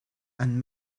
and